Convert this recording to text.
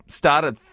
started